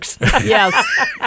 yes